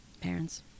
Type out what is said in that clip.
Parents